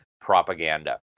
propaganda